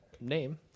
name